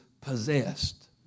possessed